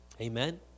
Amen